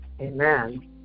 Amen